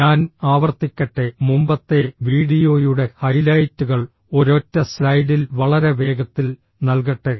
ഞാൻ ആവർത്തിക്കട്ടെ മുമ്പത്തെ വീഡിയോയുടെ ഹൈലൈറ്റുകൾ ഒരൊറ്റ സ്ലൈഡിൽ വളരെ വേഗത്തിൽ നൽകട്ടെ